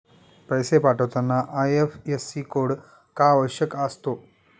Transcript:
पैसे पाठवताना IFSC code का आवश्यक असतो?